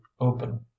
open